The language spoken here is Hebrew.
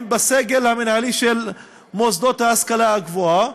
בסגל המינהלי של מוסדות ההשכלה הגבוהה,